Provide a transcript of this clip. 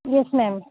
yes ma'am